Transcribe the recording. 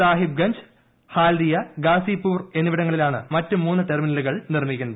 സാഹിബ്ഗഞ്ച് ഹാൽദിയ ഗാസിപൂർ എന്നിവിടങ്ങളിലാണ് മറ്റ് മൂന്ന് ടെർമിനലുകൾ നിർമ്മിക്കുന്നത്